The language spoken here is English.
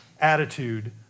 attitude